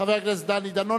חבר הכנסת דני דנון.